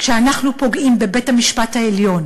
כשאנחנו פוגעים בבית-המשפט העליון,